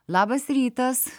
labas rytas